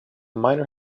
miner